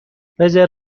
رزرو